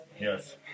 Yes